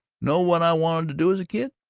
know what i wanted to do as a kid?